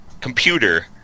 computer